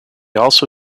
also